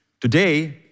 Today